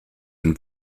and